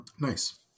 Nice